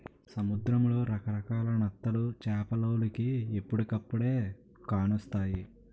సముద్రంలో రకరకాల నత్తలు చేపలోలికి ఎప్పుడుకప్పుడే కానొస్తాయి